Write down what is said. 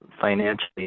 financially